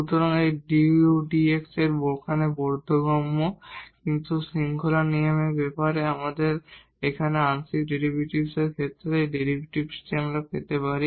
সুতরাং এই dudx এখানে বোধগম্য কিন্তু এই শৃঙ্খলা নিয়মের ধারণার নিয়মের সাথে আমরা এখানে আংশিক ডেরিভেটিভের ক্ষেত্রে সেই ডেরিভেটিভ পেতে পারি